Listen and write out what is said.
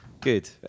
Good